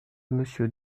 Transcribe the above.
monsieur